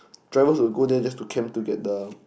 drivers will go there just to camp to get the